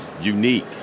unique